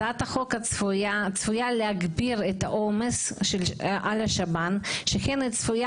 הצעת החוק הצפויה צפויה להגביר את העומס על השב"ן שכן היא צפויה